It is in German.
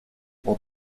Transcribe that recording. ort